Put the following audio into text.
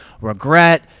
regret